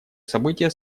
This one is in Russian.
события